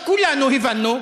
כולנו הבנו,